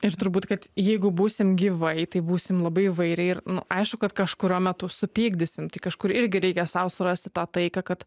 ir turbūt kad jeigu būsim gyvai tai būsim labai įvairiai ir aišku kad kažkuriuo metu supykdysim tai kažkur irgi reikia sau surasti tą taiką kad